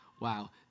Wow